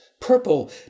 purple